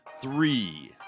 three